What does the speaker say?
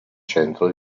centro